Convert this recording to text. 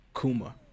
kuma